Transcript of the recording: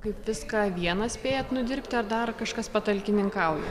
kaip viską vienas spėjat nudirbti ar dar kažkas patalkininkauja